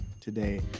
today